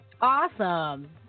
awesome